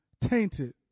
tainted